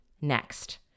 next